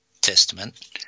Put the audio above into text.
testament –